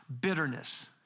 Bitterness